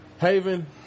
Haven